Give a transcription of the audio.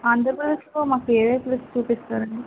ఆంధ్రప్రదేశ్లో మాకు ఏయే ప్లేస్లు చూపిస్తారు అండి